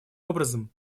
образом